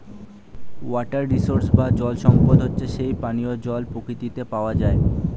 water resource বা জল সম্পদ হচ্ছে যেই পানিও জল প্রকৃতিতে পাওয়া যায়